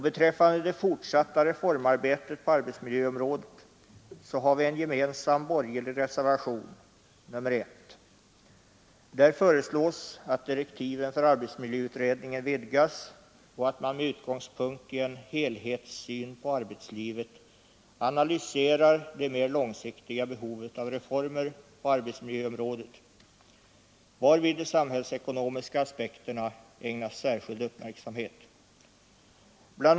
Beträffande det fortsatta reformarbetet på arbetsmiljöområdet finns en gemensam borgerlig reservation, nr 1. I den reservationen föreslås att direktiven för arbetsmiljöutredningen vidgas och att man med utgångspunkt från en helhetssyn på arbetslivet analyserar det mer långsiktiga behovet av reformer på arbetsmiljöområdet, varvid de samhällsekonomiska aspekterna ägnas särskild uppmärksamhet.